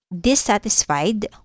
dissatisfied